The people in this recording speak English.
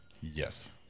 Yes